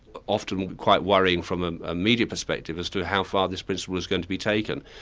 often quite worrying from a media perspective, as to how far this principle is going to be taken.